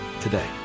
today